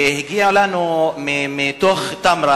והגיע אלינו מתוך תמרה,